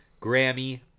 Grammy